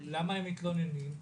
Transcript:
למה הם מתלוננים?